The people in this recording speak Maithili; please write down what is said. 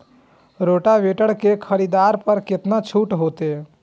रोटावेटर के खरीद पर केतना छूट होते?